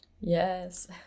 Yes